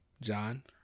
john